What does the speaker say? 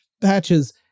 patches